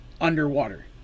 underwater